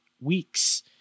weeks